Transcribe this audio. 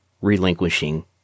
relinquishing